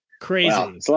crazy